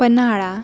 Panhala